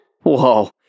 Whoa